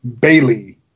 bailey